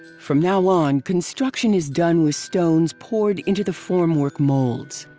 from now on construction is done with stones poured into the formwork molds.